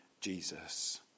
Jesus